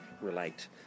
relate